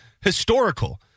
historical